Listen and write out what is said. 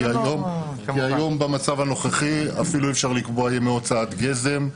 כי במצב הנוכחי אפילו אי אפשר לקבוע ימי הוצאת גזם,